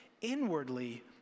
inwardly